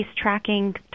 tracking